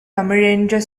தமிழென்ற